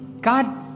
God